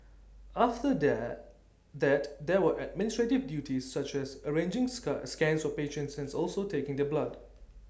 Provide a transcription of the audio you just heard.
after there that there were administrative duties such as arranging scan scans for patients and also taking their blood